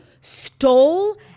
stole